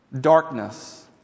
Darkness